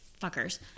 Fuckers